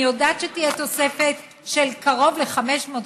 אני יודעת שתהיה תוספת של קרוב ל-500,